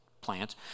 plant